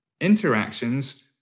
interactions